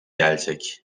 gelecek